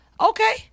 Okay